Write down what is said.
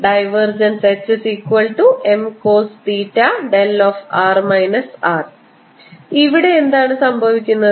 HMcosθδr R ഇവിടെ എന്താണ് സംഭവിക്കുന്നത്